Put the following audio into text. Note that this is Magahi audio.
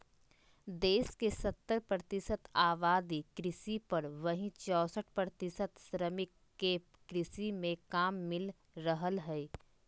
देश के सत्तर प्रतिशत आबादी कृषि पर, वहीं चौसठ प्रतिशत श्रमिक के कृषि मे काम मिल रहल हई